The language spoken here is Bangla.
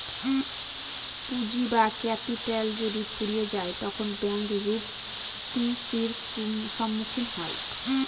পুঁজি বা ক্যাপিটাল যদি ফুরিয়ে যায় তখন ব্যাঙ্ক রূপ টি.সির সম্মুখীন হয়